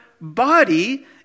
body